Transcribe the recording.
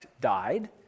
died